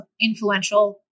influential